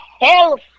health